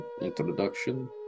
introduction